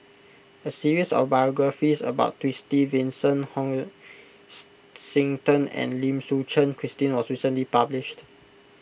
a series of biographies about Twisstii Vincent and Lim Suchen Christine was recently published